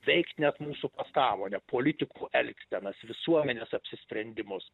veikt net mūsų pasąmonę politikų elgsenas visuomenės apsisprendimus